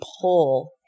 pull